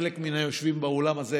חלק מהיושבים באולם הזה,